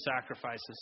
sacrifices